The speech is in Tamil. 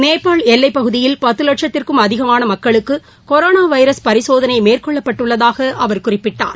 நேபாள் எல்லைப்பகுதியில் பத்து வட்சத்திற்கும் அதிகமான மக்களுக்கு கொரோனா வைரஸ் பரிசோதனை மேற்கொள்ளப்பட்டுள்ளதாக அவர் குறிப்பிட்டார்